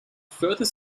further